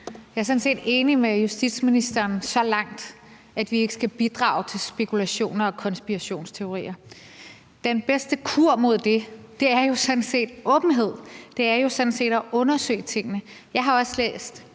Jeg er sådan set enig med justitsministeren så langt, at vi ikke skal bidrage til spekulationer og konspirationsteorier. Den bedste kur mod det er jo sådan set åbenhed; det er jo sådan set at undersøge tingene. Jeg har også læst